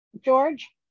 George